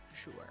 sure